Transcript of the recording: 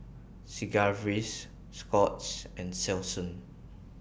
Sigvaris Scott's and Selsun